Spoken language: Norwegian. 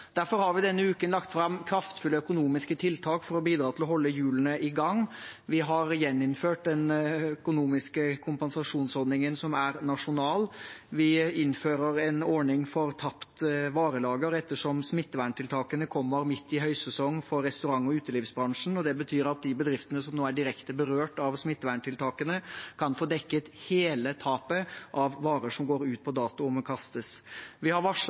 Derfor har vi denne uken lagt fram kraftfulle økonomiske tiltak for å bidra til å holde hjulene i gang. Vi har gjeninnført den økonomiske kompensasjonsordningen som er nasjonal. Vi innfører en ordning for tapt varelager ettersom smitteverntiltakene kommer midt i høysesong for restaurant- og utelivsbransjen. Det betyr at de bedriftene som nå er direkte berørt av smitteverntiltakene, kan få dekket hele tapet av varer som går ut på dato og må kastes. Vi har